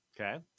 Okay